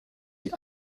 die